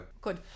Good